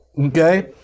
Okay